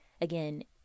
again